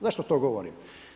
Zašto to govorim?